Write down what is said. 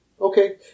Okay